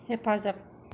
हेफाजाब